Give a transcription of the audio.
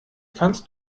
kannst